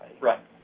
Right